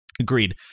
agreed